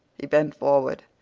he bent forward,